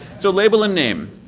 so label in name.